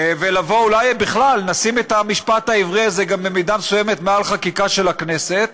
אולי בכלל נשים את המשפט העברי הזה גם במידה מסוימת מעל חקיקה של הכנסת